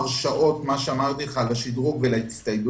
כמו שאמרתי לך, נתנו הרשאות לשדרוג ולהצטיידות,